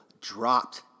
dropped